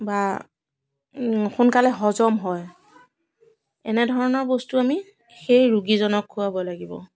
বা সোনকালে হজম হয় এনে ধৰণৰ বস্তু আমি সেই ৰোগীজনক খোৱাব লাগিব